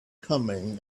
coming